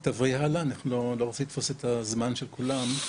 בסדר, אני לא רוצה לתפוס את הזמן של כולם.